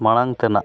ᱢᱟᱲᱟᱝ ᱛᱮᱱᱟᱜ